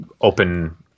open